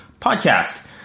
podcast